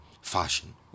fashion